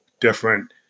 different